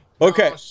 Okay